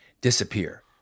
disappear